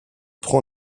prend